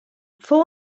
fou